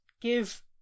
give